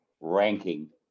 ranking